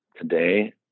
Today